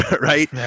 right